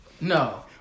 No